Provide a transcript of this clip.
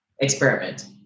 Experiment